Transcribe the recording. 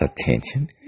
attention